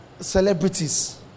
celebrities